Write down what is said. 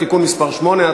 (תיקון מס' 8),